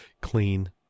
clean